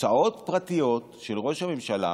הוצאות פרטיות של ראש הממשלה,